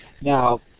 Now